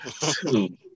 Two